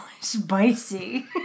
spicy